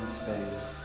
space